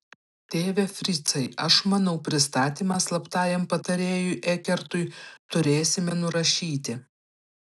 tėve fricai aš manau pristatymą slaptajam patarėjui ekertui turėsime nurašyti